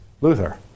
Luther